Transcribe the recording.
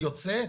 יוצא,